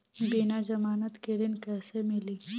बिना जमानत के ऋण कैसे मिली?